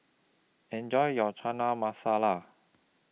Enjoy your Chana Masala